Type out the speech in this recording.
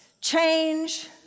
change